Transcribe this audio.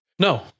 No